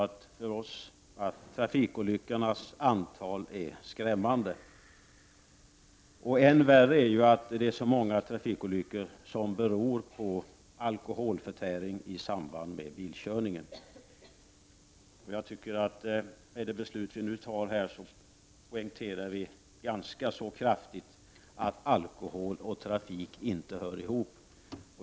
Trafikolyckornas antal är skrämmande. Än värre är att så många trafikolyckor beror på alkoholförtäring i samband med bilkörning. Med det beslut riksdagen nu fattar poängterar vi ganska kraftigt, tycker jag, att alkohol och trafik inte hör ihop.